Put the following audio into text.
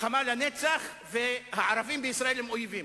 מלחמה לנצח והערבים בישראל הם אויבים,